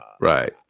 right